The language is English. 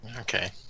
Okay